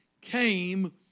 came